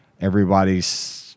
Everybody's